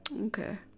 Okay